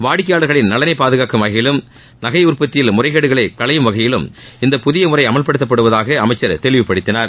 வாடிக்கையாளர்களின் நலனை பாதுகாக்கும் வகையிலும் நகை உற்பத்தியில் முறைகேடுகளை களையும் வகையிலும் இந்தப் புதிய முறை அமல்படுத்தப்படுவதாக அமைச்சர் தெளிவுபடுத்தினார்